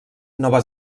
nova